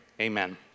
Amen